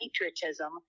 patriotism